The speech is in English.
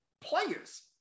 players